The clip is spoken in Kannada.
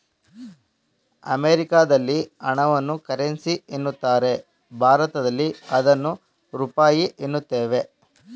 ಅಮೆರಿಕದಲ್ಲಿ ಹಣವನ್ನು ಕರೆನ್ಸಿ ಎನ್ನುತ್ತಾರೆ ಭಾರತದಲ್ಲಿ ಅದನ್ನು ರೂಪಾಯಿ ಎನ್ನುತ್ತೇವೆ